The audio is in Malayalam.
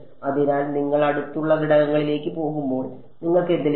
അതിനാൽ നിങ്ങൾ അടുത്തുള്ള ഘടകങ്ങളിലേക്ക് പോകുമ്പോൾ നിങ്ങൾക്ക് എന്ത് ലഭിക്കും